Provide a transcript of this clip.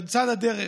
בצד הדרך.